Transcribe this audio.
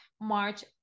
March